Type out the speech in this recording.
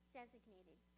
designated